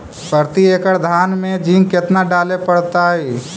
प्रती एकड़ धान मे जिंक कतना डाले पड़ताई?